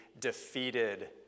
defeated